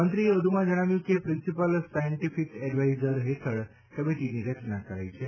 મંત્રીએ વધ્ધમાં જણાવ્યું કે પ્રિન્સીપલ સાયન્ટીફીક એડવાઇઝર હેઠળ કમિટીની રચના કરાઇ છે